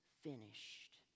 finished